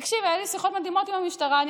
תקשיב, היו לי שיחות מדהימות עם המשטרה.